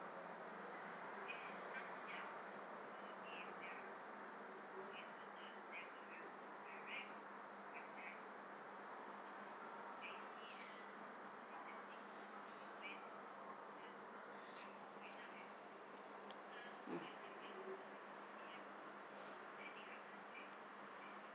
mm